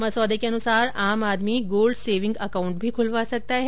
मसौदे के अनुसार आम आदमी गोल्ड सेविंग अकाउंट भी खुलवा सकता है